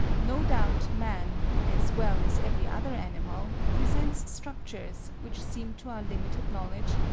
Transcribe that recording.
no doubt man, as well as every other animal, presents structures, which seem to our limited knowledge,